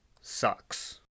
sucks